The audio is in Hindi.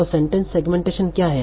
तो सेंटेंस सेगमेंटेशन क्या है